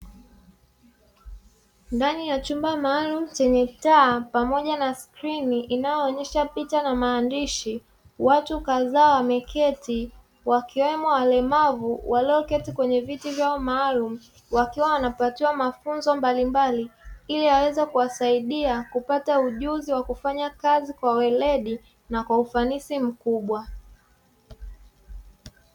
Ndani ya chumba maalumu chenye taa pamoja na skrini inayoonesha picha na maandishi, watu kadhaa wameketi wakiwemo walemavu walioketi kwene viti vyao maalumu, wakiwa wanapatiwa mafunzo mbalimbali ili yaweze kuwasaidia kupata ujuzi wa kufanya kazi kwa weledi na ufanisi mkubwa.